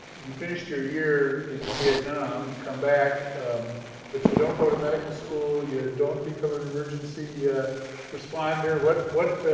you finished your year in vietnam, come back but you don't go to medical school, you don't become an emergency responder, what what